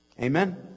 Amen